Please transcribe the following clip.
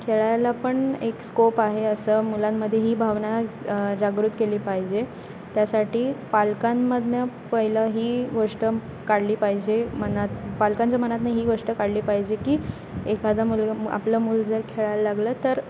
खेळायला पण एक स्कोप आहे असं मुलांमध्ये ही भावना जागृत केली पाहिजे त्यासाठी पालकांमधनं पहिलं ही गोष्ट काढली पाहिजे मनात पालकांच्या मनातनं ही गोष्ट काढली पाहिजे की एखादा मुलगा आपलं मूल जर खेळायला लागलं तर